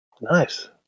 Nice